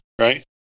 right